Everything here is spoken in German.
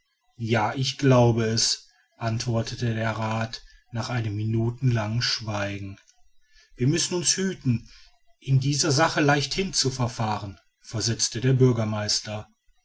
ja ich glaube es antwortete der rath nach einem minutenlangen schweigen wir müssen uns hüten in dieser sache leichthin zu verfahren versetzte der bürgermeister